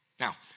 Now